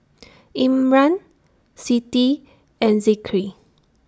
Imran Siti and Zikri